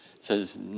says